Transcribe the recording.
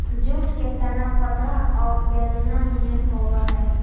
jute के तना पतरा औउर बेलना निअन होवऽ हई